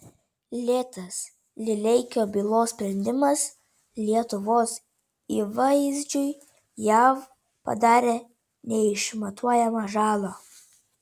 lėtas lileikio bylos sprendimas lietuvos įvaizdžiui jav padarė neišmatuojamą žalą